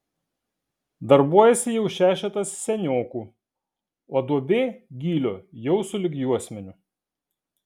darbuojasi jau šešetas seniokų o duobė gylio jau sulig juosmeniu